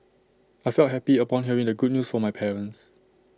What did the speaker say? I felt happy upon hearing the good news from my parents